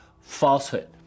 falsehood